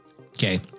Okay